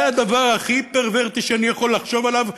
זה הדבר הכי פרוורטי שאני יכול לחשוב עליו.